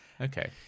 Okay